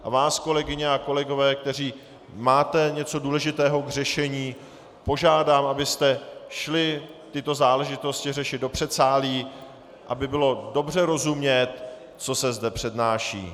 A vás, kolegyně a kolegové, kteří máte něco důležitého k řešení, požádám, abyste šli tyto záležitosti řešit do předsálí, aby bylo dobře rozumět, co se zde přednáší.